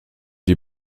die